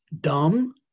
dumb